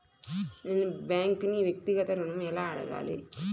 నేను బ్యాంక్ను వ్యక్తిగత ఋణం ఎలా అడగాలి?